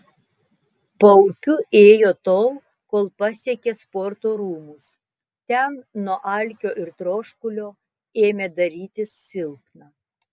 paupiu ėjo tol kol pasiekė sporto rūmus ten nuo alkio ir troškulio ėmė darytis silpna